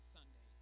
Sundays